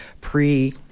pre